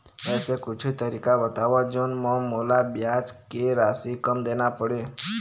ऐसे कुछू तरीका बताव जोन म मोला ब्याज के राशि कम देना पड़े?